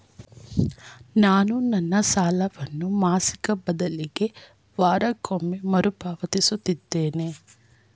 ನಾನು ನನ್ನ ಸಾಲವನ್ನು ಮಾಸಿಕ ಬದಲಿಗೆ ವಾರಕ್ಕೊಮ್ಮೆ ಮರುಪಾವತಿಸುತ್ತಿದ್ದೇನೆ